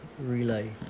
relay